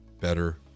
better